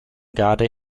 garde